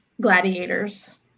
Gladiators